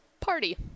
party